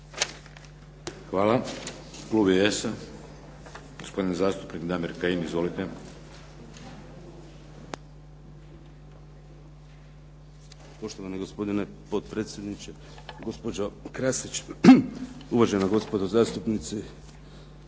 Hvala. Klub IDS-a, gospodin zastupnik Damir Kajin. Izvolite. **Kajin, Damir (IDS)** Poštovani gospodine potpredsjedniče, gospođo Krasić, uvažena gospodo zastupnici.